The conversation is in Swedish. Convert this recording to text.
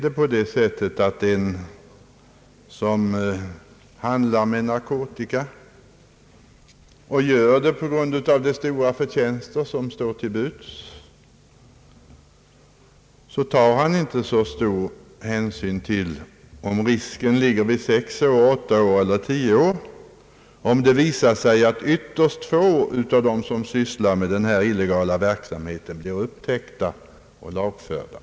En person som handlar med narkotika och gör det på grund av de stora förtjänster som försäljningen kan ge tar inte stor hänsyn till om det straff han riskerar ligger vid sex, åtta eller tio år, om det visar sig att ytterst få av dem som sysslar med denna illegala hantering blir upptäckta och lagförda.